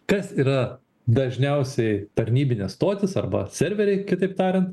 kas yra dažniausiai tarnybinės stotys arba serveriai kitaip tariant